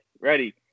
Ready